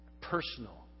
Personal